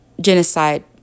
genocide